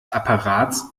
apparats